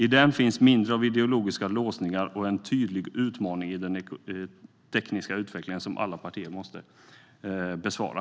I den finns mindre av ideologiska låsningar och en tydlig utmaning i den tekniska utvecklingen som alla partier måste besvara.